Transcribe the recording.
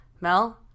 Mel